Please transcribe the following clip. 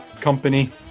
company